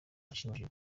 bishimishije